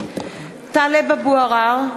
(קוראת בשמות חברי הכנסת) טלב אבו עראר,